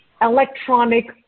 Electronic